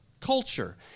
culture